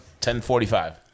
10.45